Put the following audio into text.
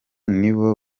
nibo